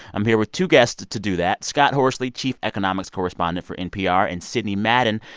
i'm here with two guests to do that scott horsley, chief economics correspondent for npr, and sidney madden,